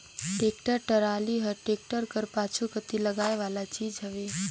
tractor trolley हर tractor कर पाछू कती लगाए वाला चीज हवे